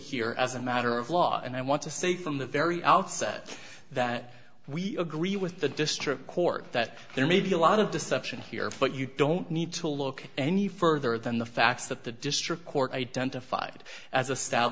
here as a matter of law and i want to say from the very outset that we agree with the district court that there may be a lot of deception here but you don't need to look any further than the facts that the district court identified as a st